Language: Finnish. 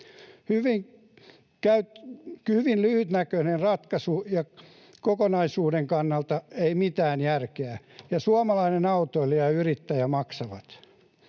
Hyvin lyhytnäköinen ratkaisu ja kokonaisuuden kannalta ei mitään järkeä, ja suomalainen autoilija ja yrittäjä maksaa.